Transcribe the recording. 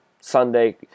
Sunday